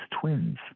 twins